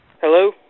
Hello